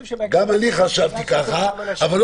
אנחנו פותחים את ישיבת ועדת החוקה, חוק ומשפט.